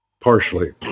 partially